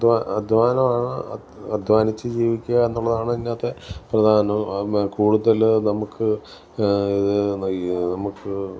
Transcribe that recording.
അധ്വാനാ അധ്വാനിച്ച് ജീവിക്കുക എന്നുള്ളതാണ് ഇതിനകത്തെ പ്രധാനം കൂടുതൽ നമുക്ക് ഈ നമുക്ക്